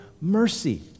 mercy